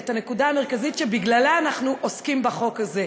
את הנקודה המרכזית שבגללה אנחנו עוסקים בחוק הזה.